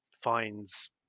finds